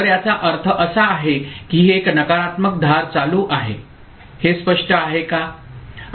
तर याचा अर्थ असा आहे की ही एक नकारात्मक धार चालू आहे हे स्पष्ट आहे का